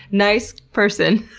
nice. person.